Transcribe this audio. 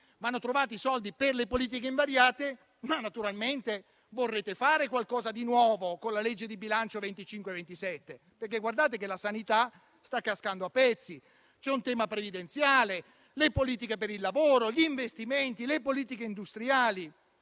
Vanno trovati i soldi per le politiche invariate, ma naturalmente vorrete fare qualcosa di nuovo con la legge di bilancio 2025 e 2027. Guardate che la sanità sta cascando a pezzi e c'è un tema previdenziale; ci sono le politiche per il lavoro, gli investimenti, le politiche industriali.